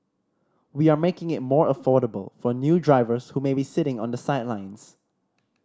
we are making it more affordable for new drivers who may be sitting on the sidelines